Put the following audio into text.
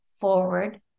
forward